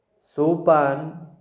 Sopan